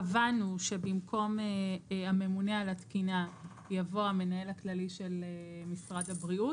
קבענו שבמקום הממונה על התקינה יבוא המנהל הכללי של משרד הבריאות.